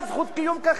אדוני היושב-ראש.